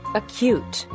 acute